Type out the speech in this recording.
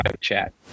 chat